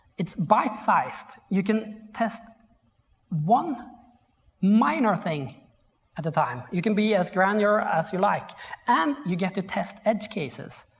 it's bite sized. you can test one minor thing at a time. you can be a granular as you like and you get to test edge cases.